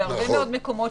נכון.